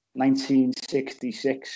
1966